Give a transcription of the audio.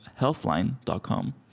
Healthline.com